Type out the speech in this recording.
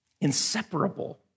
inseparable